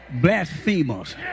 blasphemers